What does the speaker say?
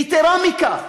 יתרה מכך,